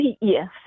yes